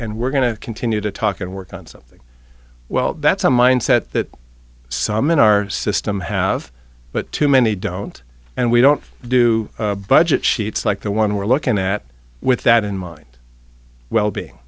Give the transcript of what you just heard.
and we're going to continue to talk and work on something well that's a mindset that some in our system have but too many don't and we don't do budget sheets like the one we're looking at with that in mind well being